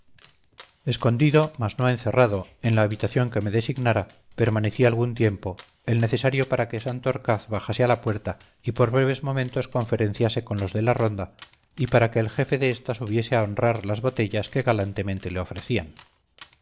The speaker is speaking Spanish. escondido mas no encerrado en la habitación que me designara permanecí algún tiempo el necesario para que santorcaz bajase a la puerta y por breves momentos conferenciase con los de la ronda y para que el jefe de esta subiese a honrar las botellas que galantemente le ofrecían